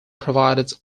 provides